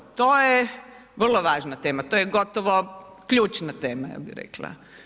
To je vrlo važna tema, to je gotovo ključna tema, ja bi rekla.